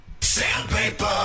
Sandpaper